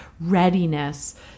readiness